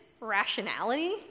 rationality